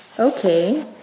Okay